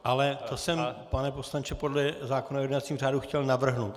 Ale to jsem, pane poslanče, podle zákona o jednacím řádu chtěl navrhnout.